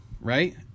right